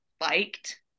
liked